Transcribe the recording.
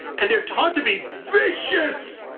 and they're taught to be vicious,